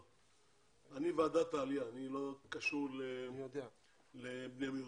אני ועדת העלייה, אני לא קשור לבני מיעוטים.